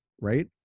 right